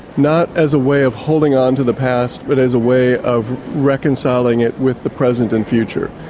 not as a way of holding on to the past, but as a way of reconciling it with the present and future?